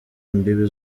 imbibi